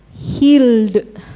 healed